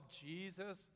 Jesus